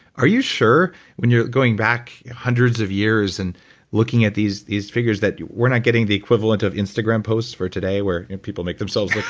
are you sure when you're going back hundreds of years and looking at these these figures that we're not getting the equivalent of instagram posts for today where people make themselves look